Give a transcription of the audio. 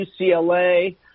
UCLA